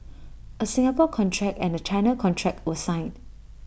A Singapore contract and A China contract were signed